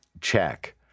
check